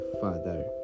father